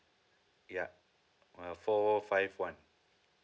yup uh four five one